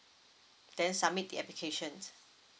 then submit the application